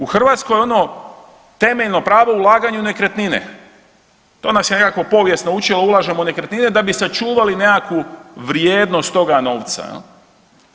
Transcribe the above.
U Hrvatskoj ono temeljno pravo ulaganje u nekretnine, to nas je nekako povijest naučila, ulažemo u nekretnine da bi sačuvali nekakvu vrijednost toga novca, je l?